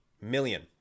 million